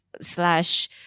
slash